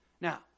Now